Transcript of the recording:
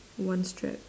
one strap